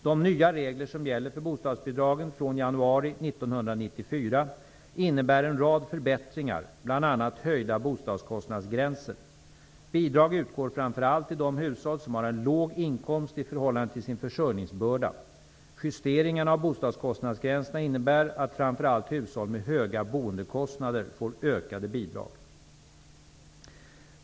De nya regler som gäller för bostadsbidragen från januari 1994 innebär en rad förbättringar, bl.a. höjda bostadskostnadsgränser. Bidrag utgår framför allt till de hushåll som har en låg inkomst i förhållande till sin försörjningsbörda. Justeringarna av bostadskostnadsgränserna innebär att framför allt hushåll med höga boendekostnader får ökade bidrag.